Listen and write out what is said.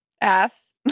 ass